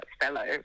fellow